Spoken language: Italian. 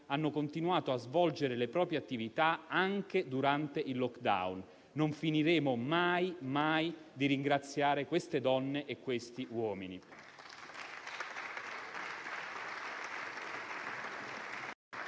hanno continuato a svolgere le proprie attività anche durante il *lockdown*. Non finiremo mai, mai, di ringraziare quelle donne e quegli uomini.